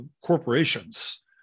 corporations